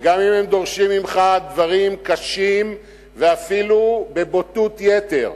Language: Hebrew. וגם אם הם דורשים ממך דברים קשים ואפילו בבוטות יתר,